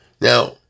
Now